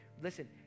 Listen